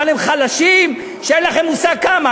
אבל הם חלשים שאין לכם מושג כמה.